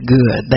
good